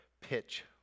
pitch